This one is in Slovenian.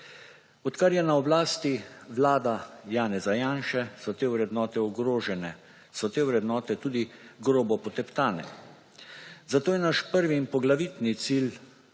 Odkar je na oblasti vlada Janeza Janše, so te vrednote ogrožene, so te vrednote tudi grobo poteptane. Zato je naš prvi in poglavitni cilj